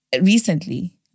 recently